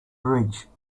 bridge